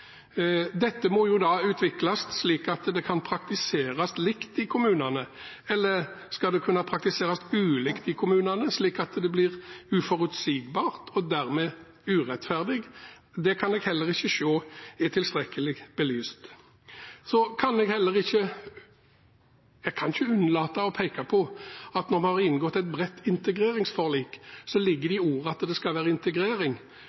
Dette må utvikles, slik at det kan praktiseres likt i kommunene, eller skal det kunne praktiseres ulikt i kommunene, slik at det blir uforutsigbart og dermed urettferdig? Det kan jeg ikke se at er tilstrekkelig belyst. Så kan jeg heller ikke unnlate å peke på at når vi har inngått et bredt integreringsforlik, ligger det i ordet at det skal være integrering,